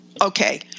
Okay